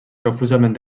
profusament